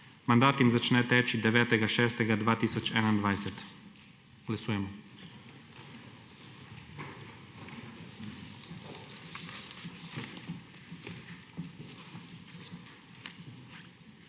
Mandat jim začne teči 9. 6. 2021. Glasujemo.